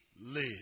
live